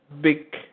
big